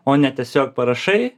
o ne tiesiog parašai